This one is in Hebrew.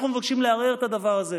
אנחנו מבקשים לערער את הדבר הזה.